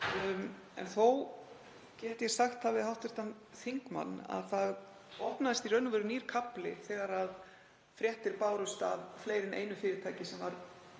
En þó get ég sagt það við hv. þingmann að það opnaðist í raun og veru nýr kafli þegar fréttir bárust af fleiri en einu fyrirtæki sem væri